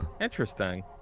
Interesting